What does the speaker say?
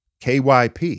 KYP